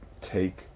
take